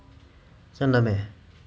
真的 meh